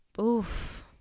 Oof